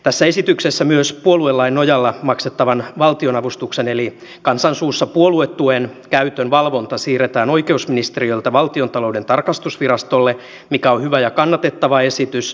tässä esityksessä myös puoluelain nojalla maksettavan valtionavustuksen eli kansan suussa puoluetuen käytön valvonta siirretään oikeusministeriöltä valtiontalouden tarkastusvirastolle mikä on hyvä ja kannatettava esitys